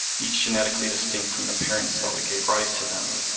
each genetically distinct from the parent cell that gave rise to them.